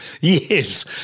Yes